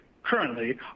Currently